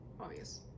obvious